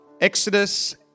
Exodus